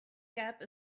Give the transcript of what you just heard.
gap